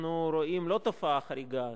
אנחנו רואים לא תופעה חריגה,